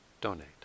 donate